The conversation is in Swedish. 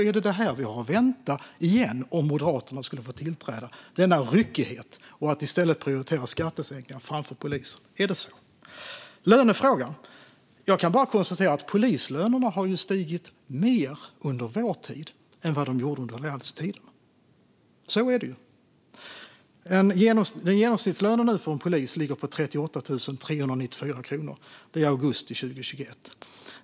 Är det detta vi har att vänta igen om Moderaterna skulle få tillträda, denna ryckighet och att skattesänkningar prioriteras framför polisen? När det gäller lönefrågan kan jag bara konstatera att polislönerna har stigit mer under vår tid än de gjorde under allianstiden. Genomsnittslönen för en polis ligger nu på 38 394 kronor, i augusti 2021.